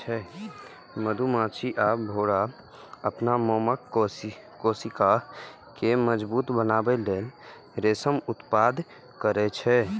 मधुमाछी आ भौंरा अपन मोमक कोशिका कें मजबूत बनबै लेल रेशमक उत्पादन करै छै